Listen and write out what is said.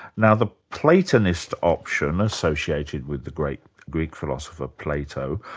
now the platonist option, associated with the great greek philosopher plato,